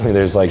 there's, like